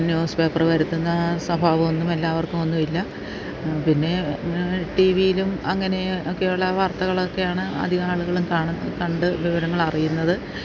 news paper വരുത്തുന്ന സ്വഭാവം ഒന്നും എല്ലാവർക്കും ഒന്നും ഇല്ല പിന്നെ ടി വിയിലും അങ്ങനെ ഒക്കെയുള്ള വാർത്തകൾ ഒക്കെയാണ് അധികം ആളുകളും കാണുക കണ്ട് വിവരങ്ങൾ അറിയുന്നത്